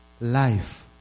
life